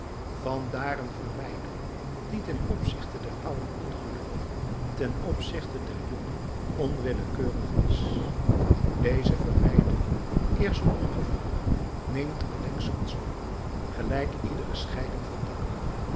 vandaar een verwijdering die ten opzichte der ouden ongelukkig ten opzichte der jongen onwillekeurig is deze verwijdering eerst ongevoelig neemt allengskens toe gelijk iedere scheiding van takken